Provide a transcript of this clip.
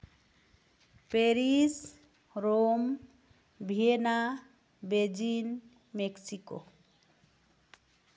Paris Rome Vienna Beijing Mexico